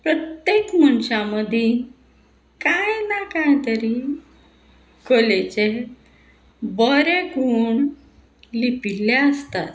प्रत्येक मनशा मदीं कांय ना कांय तरी कलेचे बरे गूण लिपिल्ले आसतात